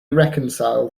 reconcile